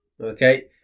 Okay